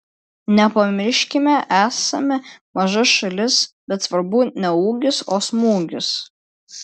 nepamirškime esame maža šalis bet svarbu ne ūgis o smūgis